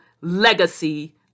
legacy